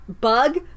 Bug